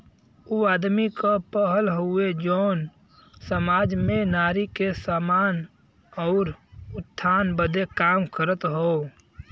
ऊ आदमी क पहल हउवे जौन सामाज में नारी के सम्मान आउर उत्थान बदे काम करत हौ